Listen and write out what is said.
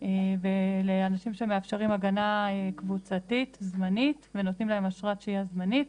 ולאנשים שמאפשרים הגנה קבוצתית זמנית ונותנים להם אשרת שהייה זמנית,